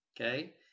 Okay